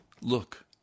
look